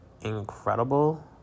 incredible